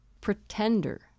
pretender